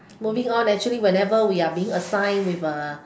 moving on actually whenever we are being assigned with a